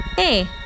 Hey